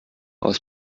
aus